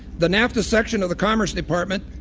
the nafta section of the commerce department.